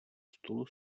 stolu